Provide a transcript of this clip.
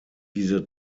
diese